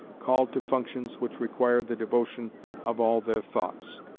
called to functions which require the devotion of all their thoughts.